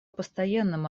постоянным